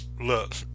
Look